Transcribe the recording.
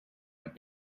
and